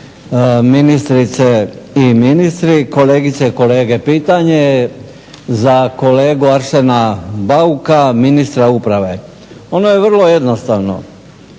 ministrice i ministri, kolegice i kolege, pitanje je za kolegu Arsena Bauka ministra uprave. Ono je vrlo jednostavno.